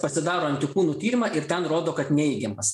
pasidaro antikūnų tyrimą ir ten rodo kad neigiamas